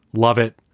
love it.